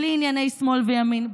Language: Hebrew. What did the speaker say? בלי ענייני שמאל וימין,